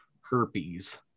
herpes